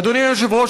אדוני היושב-ראש,